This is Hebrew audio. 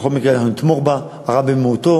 בכל מקרה אנחנו נתמוך בה, זה הרע במיעוטו.